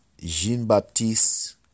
Jean-Baptiste